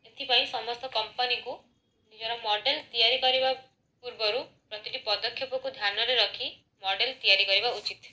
ଏଥିପାଇଁ ସମସ୍ତ କମ୍ପାନୀକୁ ନିଜର ମଡ଼େଲ୍ ତିଆରି କରିବା ପୂର୍ବରୁ ପ୍ରତିଟି ପଦକ୍ଷେପକୁ ଧ୍ୟାନରେ ରଖି ମଡ଼େଲ୍ ତିଆରି କରିବା ଉଚିତ୍